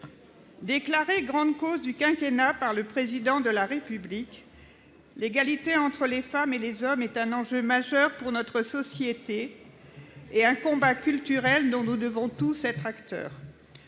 Déclarée grande cause du quinquennat par le Président de la République, l'égalité entre les femmes et les hommes est un enjeu majeur pour notre société et un combat culturel dont nous devons tous être acteur.